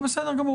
לא.